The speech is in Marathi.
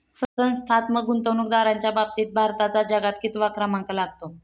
संस्थात्मक गुंतवणूकदारांच्या बाबतीत भारताचा जगात कितवा क्रमांक लागतो?